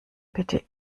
bitte